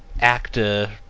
ACTA